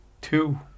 Two